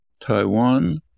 Taiwan